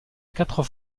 quatre